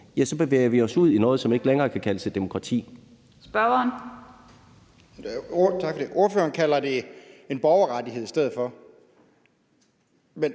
for så bevæger vi os ud i noget, som ikke længere kan kaldes et demokrati.